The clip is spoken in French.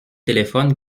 téléphone